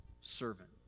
servant